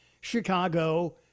Chicago